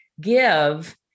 give